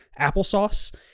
applesauce